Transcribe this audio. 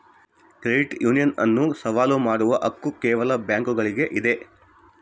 credit union ಅನ್ನು ಸವಾಲು ಮಾಡುವ ಹಕ್ಕು ಕೇವಲ ಬ್ಯಾಂಕುಗುಳ್ಗೆ ಇದ